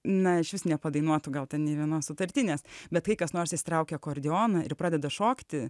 na iš vis nepadainuotų gal ten nė vienos sutartinės bet kai kas nors išsitraukia akordeoną ir pradeda šokti